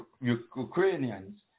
Ukrainians